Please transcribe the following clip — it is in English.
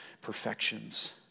perfections